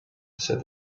said